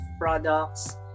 products